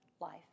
Life